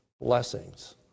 blessings